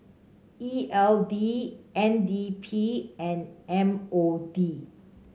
E L D N D P and M O D